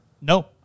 No